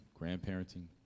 grandparenting